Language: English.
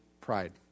pride